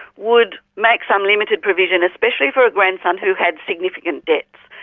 would make some limited provision, especially for a grandson who had significant debts.